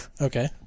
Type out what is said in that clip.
Okay